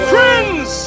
Friends